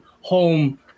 home